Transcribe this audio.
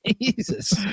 Jesus